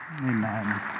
Amen